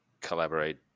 collaborate